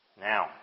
Now